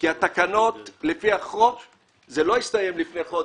התקנות לפי החוק הסתיימו,